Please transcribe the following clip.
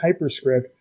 Hyperscript